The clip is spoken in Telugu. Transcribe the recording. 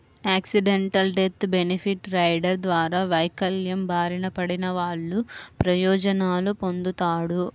యాక్సిడెంటల్ డెత్ బెనిఫిట్ రైడర్ ద్వారా వైకల్యం బారిన పడినవాళ్ళు ప్రయోజనాలు పొందుతాడు